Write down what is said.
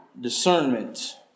Discernment